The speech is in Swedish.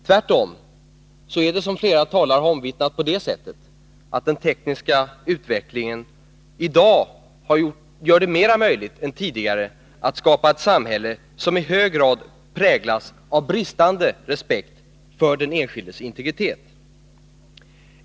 Tvärtom är det, som flera talare har omvittnat, på det sättet att den tekniska utvecklingen i dag gör det mera möjligt än tidigare att skapa ett samhälle som i hög grad präglas av bristande respekt för den enskildes integritet.